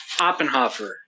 Oppenhofer